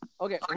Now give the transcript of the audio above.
Okay